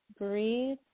breathe